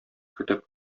көтеп